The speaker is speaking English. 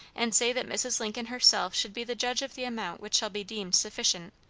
and say that mrs. lincoln herself should be the judge of the amount which shall be deemed sufficient,